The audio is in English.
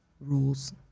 rules